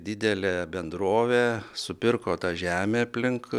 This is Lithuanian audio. didelė bendrovė supirko tą žemę aplink